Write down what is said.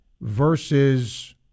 versus